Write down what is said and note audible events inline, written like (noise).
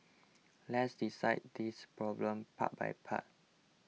let's (unintelligible) this problem part by part